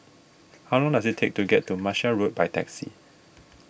how long does it take to get to Martia Road by taxi